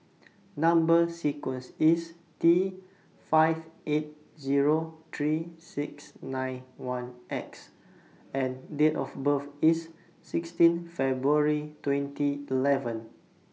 Number sequence IS T five eight Zero three six nine one X and Date of birth IS sixteen February twenty eleven